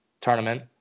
tournament